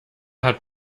hat